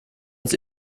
uns